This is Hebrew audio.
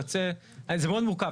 זה מאוד מורכב.